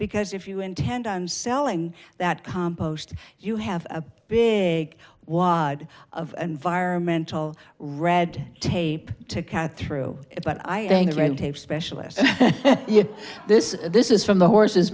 because if you intend i'm selling that compost you have a big wad of environmental red tape to cathro it but i think red tape specialist this this is from the horse's